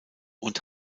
und